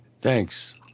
Thanks